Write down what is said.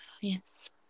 Yes